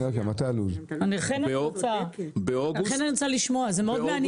אני רוצה לשמוע, זה מעניין מאוד.